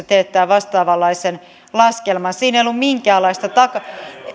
teettää vastaavanlaisen laskelman siinä ei ollut minkäänlaista